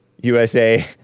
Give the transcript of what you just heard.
USA